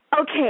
Okay